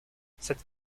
cette